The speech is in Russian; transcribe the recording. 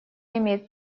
имеет